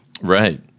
Right